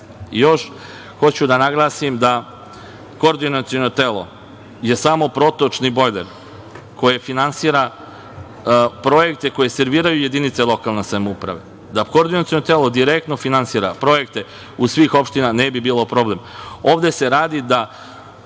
hoću da naglasim da je Koordinaciono telo samo protočni bojler koje finansira projekte koje serviraju jedinice lokalne samouprave. Da Koordinaciono telo direktno finansira projekte u svim opštinama ne bi bilo problem.